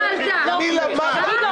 על מה זה סעיף 3,